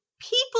people